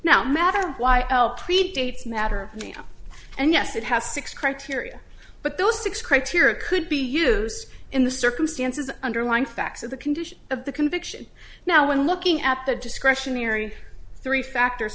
dates matter and yes it has six criteria but those six criteria could be used in the circumstances underlying facts of the condition of the conviction now when looking at the discretionary three factors